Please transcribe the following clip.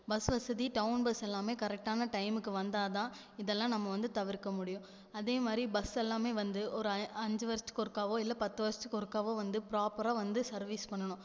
bus வசதி town bus எல்லாமே கரெக்டான டைமுக்கு வந்தால் தான் இதெல்லாம் நம்ம வந்து தவிர்க்க முடியும் அதே மாதிரி பஸ் எல்லாமே வந்து ஒரு அ அஞ்சு வருடத்துக்கு ஒருக்காவோ இல்லை பத்து வருடத்துக்கு ஒருக்காவோ வந்து ப்ராப்பராக வந்து சர்வீஸ் பண்ணணும்